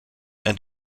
and